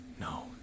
No